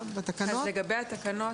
זאת אומרת